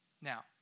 Now